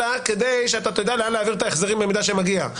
אלא כדי שאתה תדע לאן להעביר את ההחזרים במידה שמגיע.